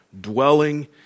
dwelling